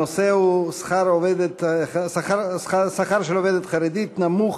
הנושא הוא: שכרה של עובדת חרדית נמוך